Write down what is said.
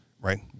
right